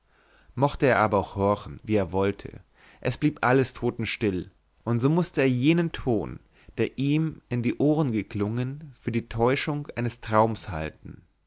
mochte er aber auch horchen wie er wollte es blieb alles totenstill und so mußte er jenen ton der ihm in die ohren geklungen für die täuschung eines traums halten